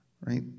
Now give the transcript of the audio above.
right